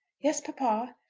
yes, papa.